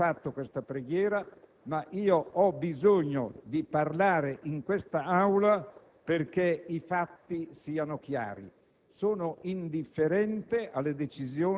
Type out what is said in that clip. ringrazio coloro che mi hanno rivolto tale preghiera, ma ho bisogno di parlare in quest'Aula perché i fatti siano chiari.